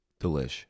Delish